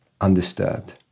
undisturbed